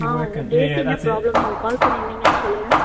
ஆ உங்களுக்கு ஏசி என்ன ப்ராப்ளம் நீங்கள் கால் பண்ணியிருந்தீங்க சொல்லுங்கள்